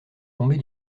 tomber